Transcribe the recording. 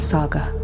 Saga